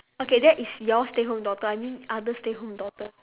okay that is your stay home daughter I mean other stay home daughters